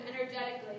energetically